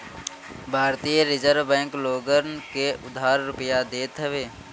भारतीय reserve bank लोगन के उधार रुपिया देत हवे